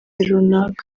runaka